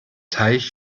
teich